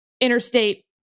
interstate